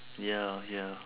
ya ya